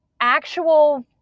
Actual